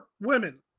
women